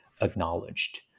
acknowledged